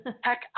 Heck